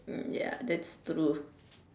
hmm ya that's true